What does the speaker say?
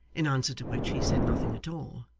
in answer to which, he said nothing at all,